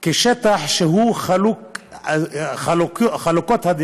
כשטח שהדעות עליו חלוקות.